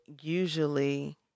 usually